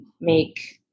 make